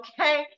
Okay